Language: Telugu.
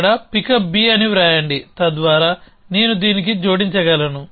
ఇక్కడ పిక్ అప్ B అని వ్రాయండి తద్వారా నేను దీనికి జోడించగలను